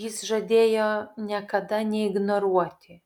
jis žadėjo niekada neignoruoti